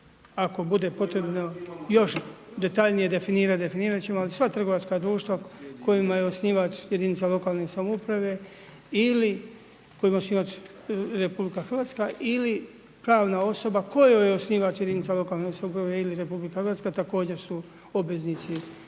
ako bude potrebno još detaljnije definirati, definirati ćemo, ali sva trgovačka društva kojima je osnivač jedinice lokalne samouprave ili kojima je osnivač RH ili pravna osoba kojoj je osnivač jedinica lokalne samouprave ili RH također su obveznici